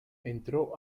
entró